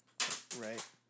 Right